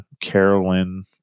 Carolyn